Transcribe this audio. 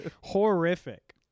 Horrific